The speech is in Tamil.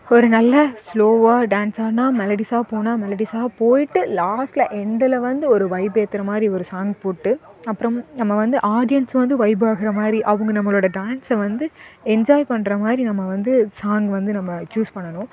ஒரு நல்ல ஸ்லோவாக டான்ஸ் ஆடினா மெலடிஸாக போனால் மெலடிஸாக போயிட்டு லாஸ்ட்லில் எண்டில் வந்து ஒரு வைப் ஏற்றுற மாதிரி ஒரு சாங்க் போட்டு அப்புறம் நம்ம வந்து ஆடியன்ஸ் வந்து வைப் ஆகிறமாதிரி அவங்க நம்மளோடய டான்ஸ் வந்து என்ஜாய் பண்ணுற மாதிரி நம்ம வந்து சாங்க் வந்து நம்ம சூஸ் பண்ணணும்